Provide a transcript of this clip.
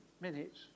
Minutes